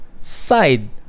side